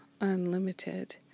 unlimited